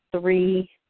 three